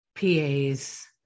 PAs